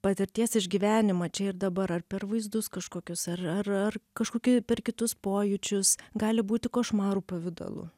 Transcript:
patirties išgyvenimą čia ir dabar ar per vaizdus kažkokius ar ar kažkoki per kitus pojūčius gali būti košmarų pavidalu